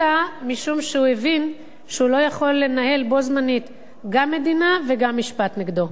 אלא משום שהוא הבין שהוא לא יכול לנהל בו-זמנית גם מדינה וגם משפט נגדו.